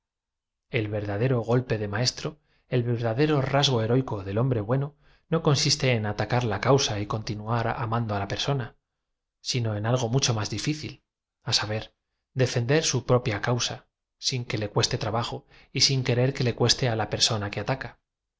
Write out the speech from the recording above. verdadero golpe de maestro el verdadero rasgo heroico del hombre bueno no consiste en atacar la causa y continuar amando á la persona sino en algo macho más difícil á saber defender su p rop ia eausa sin que le cueste trabajo y sin querer que le cueste á la persona que ataca l